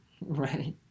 Right